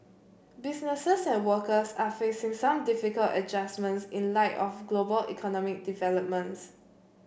businesses and workers are facing some difficult adjustments in light of global economic developments